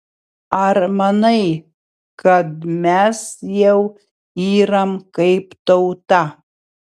ar manai kad mes jau yram kaip tauta